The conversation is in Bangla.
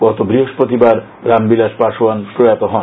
গত বৃহস্পতিবার রামবিলাস পাসোয়ান প্রয়াত হন